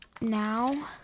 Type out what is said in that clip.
now